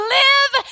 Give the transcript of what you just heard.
live